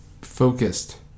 focused